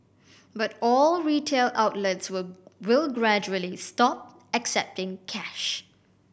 but all retail outlets will will gradually stop accepting cash